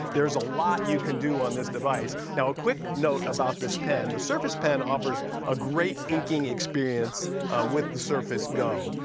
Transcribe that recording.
there's a lot you can do on this device. now, a quick note about this pen. the surface pen offers a great inking experience with the surface go.